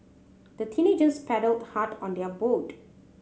the teenagers paddled hard on their boat